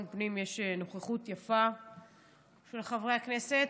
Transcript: פנים יש נוכחות יפה של חברי הכנסת.